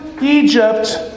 Egypt